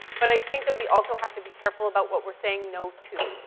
but i think that we also have to be careful about what we're saying no to,